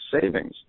savings